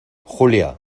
julia